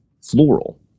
floral